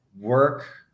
Work